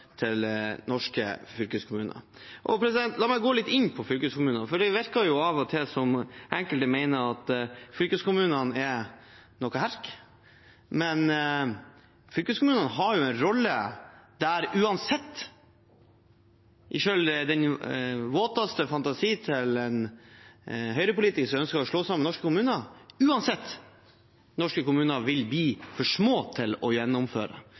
til norske fylkeskommuner. La meg gå litt inn på fylkeskommunene, for det virker av og til som om enkelte mener fylkeskommunene er noe herk. Men fylkeskommunene har en rolle uansett. Selv i den våteste fantasien til en høyrepolitiker som ønsker å slå sammen norske kommuner, vil norske kommuner uansett bli for små til å gjennomføre.